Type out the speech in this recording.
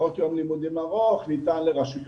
וחוק יום לימודים ארוך ניתן לרשויות